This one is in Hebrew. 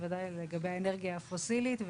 בוודאי לגבי האנרגיה הפוסילית.